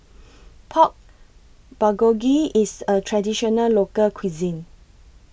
Pork Bulgogi IS A Traditional Local Cuisine